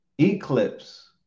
Eclipse